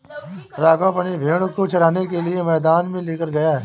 राघव अपने भेड़ों को चराने के लिए मैदान में लेकर गया है